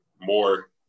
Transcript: more